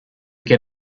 get